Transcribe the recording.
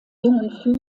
jungen